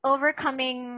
Overcoming